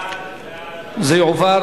זה יועבר